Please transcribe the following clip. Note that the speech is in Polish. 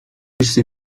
wszyscy